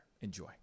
enjoy